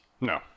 No